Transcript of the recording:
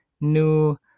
new